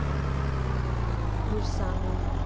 आनीक मिरसांगो